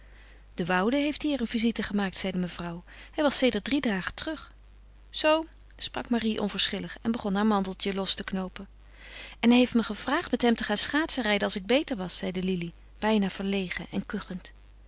de woude heeft hier een visite gemaakt zeide mevrouw hij was sedert drie dagen terug zoo sprak marie onverschillig en begon haar manteltje los te knoopen en hij heeft me gevraagd met hem te gaan schaatsenrijden als ik beter was zeide lili bijna verlegen en